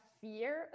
fear